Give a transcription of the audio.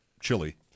chili